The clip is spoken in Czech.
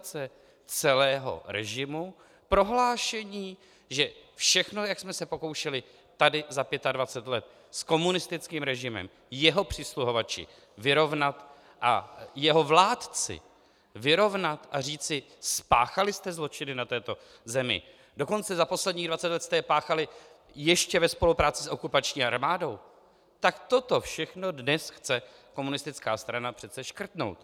Se týká legitimizace celého režimu, prohlášení, že všechno, jak jsme se pokoušeli tady za 25 let s komunistickým režimem, jeho přisluhovači vyrovnat a jeho vládci vyrovnat a říci: spáchali jste zločiny na této zemi, dokonce za posledních 20 let jste je páchali ještě ve spolupráci s okupační armádou, tak toto všechno dnes chce komunistická strana přece škrtnout.